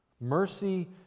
Mercy